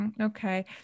Okay